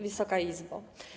Wysoka Izbo!